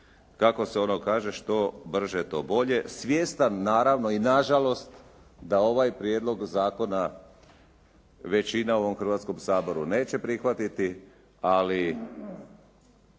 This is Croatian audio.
kako se ono kaže što brže to bolje, svjestan naravno i nažalost da ovaj prijedlog zakona većina u ovom Hrvatskom saboru neće prihvatiti ali